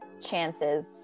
chances